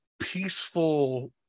peaceful